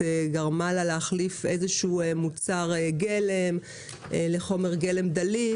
גרמה לה להחליף מוצר גלם לחומר גלם דליק,